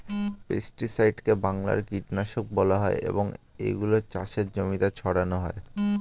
পেস্টিসাইডকে বাংলায় কীটনাশক বলা হয় এবং এগুলো চাষের জমিতে ছড়ানো হয়